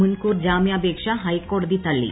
മുൻകൂർ ജാമ്യാപേക്ഷ ്ക്കോടതി തള്ളി